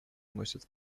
носит